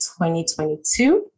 2022